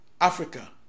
Africa